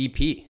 EP